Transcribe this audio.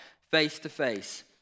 face-to-face